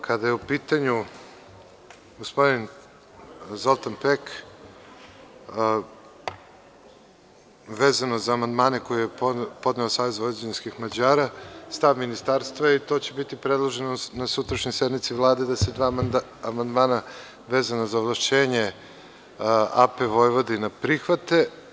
Kada je u pitanju gospodin Zoltan Pek, vezano za amandmane koje je podneo SVM, stav Ministarstva je, i to će biti predloženo na sutrašnjoj sednici Vlade, da se dva amandmana, vezana za ovlašćenje AP Vojvodina, prihvate.